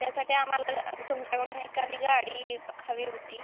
त्यासाठी आम्हाला तुमच्याकडून एखादी गाडी हवी होती